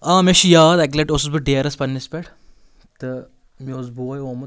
آ مےٚ چھُ یاد اَکہِ لَٹہِ اوسُس بہٕ ڈیرَس پَنٛنِس پٮ۪ٹھ تہٕ مےٚ اوس بوے آمُت